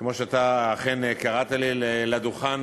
כמו שאתה אכן קראת לי לדוכן,